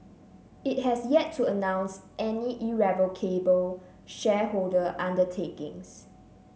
it has yet to announce any irrevocable shareholder undertakings